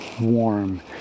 warm